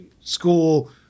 school